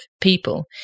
people